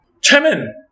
Chairman